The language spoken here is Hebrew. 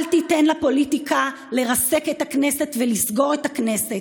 אל תיתן לפוליטיקה לרסק את הכנסת ולסגור את הכנסת.